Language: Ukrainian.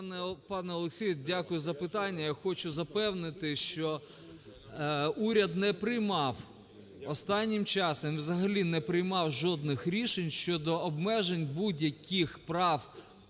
Пане Олексію, дякую за питання. Я хочу запевнити, що уряд не приймав останнім часом і взагалі не приймав жодних рішень щодо обмежень будь-яких прав